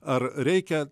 ar reikia